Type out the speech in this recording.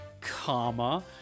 comma